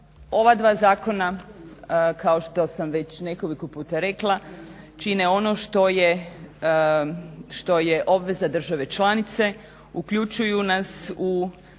ova dva zakona kao što sam već nekoliko puta rekla čine ono što je obveza države članice, uključuju nas u